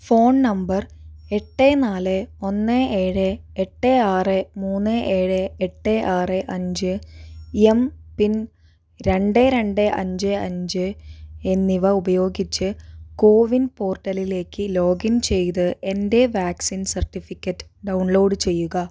phone number എട്ട് നാല് ഒന്ന് ഏഴ് എട്ട് ആറ് മൂന്ന് ഏഴ് എട്ട് ആറ് അഞ്ച് എം പിൻ രണ്ട് രണ്ട് അഞ്ച് അഞ്ച് എന്നിവ ഉപയോഗിച്ച് കോ വിൻ പോർട്ടലിലേക്ക് ലോഗിൻ ചെയ്ത് എൻ്റെ വാക്സിൻ സർട്ടിഫിക്കറ്റ് ഡൗൺലോഡ് ചെയ്യുക